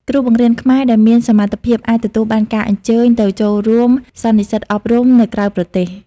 គ្រូបង្រៀនខ្មែរដែលមានសមត្ថភាពអាចទទួលបានការអញ្ជើញឱ្យទៅចូលរួមសន្និសីទអប់រំនៅក្រៅប្រទេស។